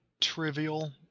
trivial